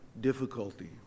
difficulty